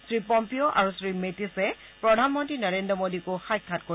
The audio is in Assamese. শ্ৰীপম্পিঅ আৰু শ্ৰীমেটিছে প্ৰধানমন্ত্ৰী নৰেন্দ্ৰ মোদীকো সাক্ষাৎ কৰিব